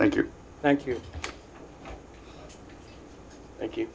thank you thank you thank you